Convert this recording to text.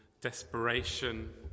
desperation